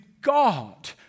God